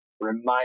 remind